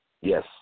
Yes